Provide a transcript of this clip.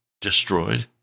destroyed